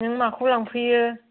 नों माखौ लांफैयो